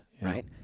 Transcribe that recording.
right